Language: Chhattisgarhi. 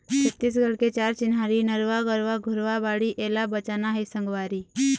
छत्तीसगढ़ के चार चिन्हारी नरूवा, गरूवा, घुरूवा, बाड़ी एला बचाना हे संगवारी